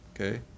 Okay